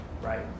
right